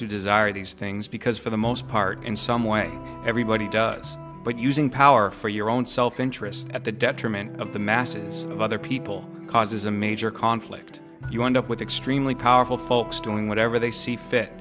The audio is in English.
who desire these things because for the most part in some way everybody does but using power for your own self interest at the detriment of the masses of other people causes a major conflict you end up with extremely powerful folks doing whatever they see fit